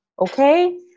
okay